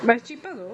but cheaper though